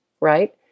right